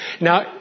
Now